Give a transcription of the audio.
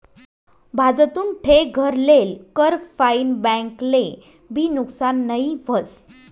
भाजतुन ठे घर लेल कर फाईन बैंक ले भी नुकसान नई व्हस